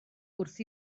wrth